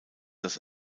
das